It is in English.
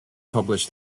publish